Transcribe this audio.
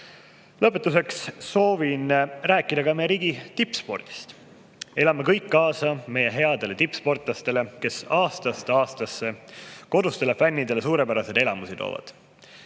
Lõpetuseks soovin rääkida meie riigi tippspordist. Elame kõik kaasa meie headele tippsportlastele, kes aastast aastasse kodustele fännidele suurepäraseid elamusi toovad.